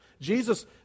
jesus